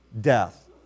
death